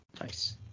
Nice